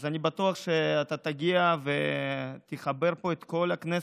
אז אני בטוח שאתה תגיע ותחבר פה את כל הכנסת,